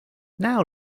now